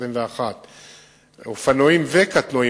103,621 אופנועים וקטנועים,